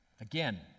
again